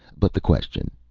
but the question,